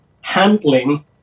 handling